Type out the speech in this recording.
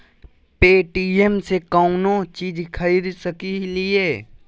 Paytm से कौनो चीज खरीद सकी लिय?